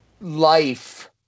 life